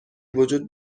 وجود